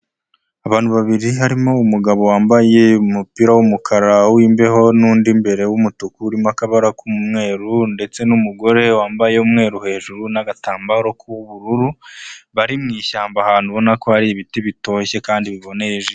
Abantu babiri harimo umugabo wambaye umupira w'umukara w'imbeho, n'undi imbere w'umutuku urimo akabara k'umweru, ndetse n'umugore wambaye umweru hejuru, n'agatambaro k'ubururu, bari mu ishyamba ahantu, ubona ko hari ibiti bitoshye kandi biboneye.